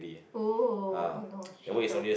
!oh! !oh no! she told